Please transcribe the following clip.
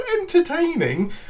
entertaining